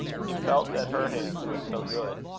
he felt that her hands were so good.